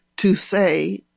to say,